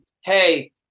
hey